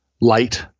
light